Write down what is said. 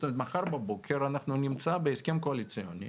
מחר בבוקר נמצא בהסכם קואליציוני